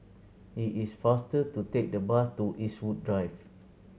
it is faster to take the bus to Eastwood Drive